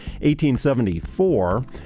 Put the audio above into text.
1874